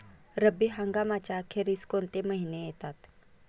रब्बी हंगामाच्या अखेरीस कोणते महिने येतात?